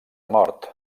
mort